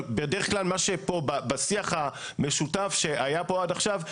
אבל בדרך כלל מה שפה בשיח המשותף שהיה פה עד עכשיו,